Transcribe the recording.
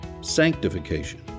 sanctification